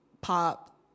pop